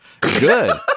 Good